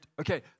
okay